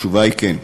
התשובה היא: כן.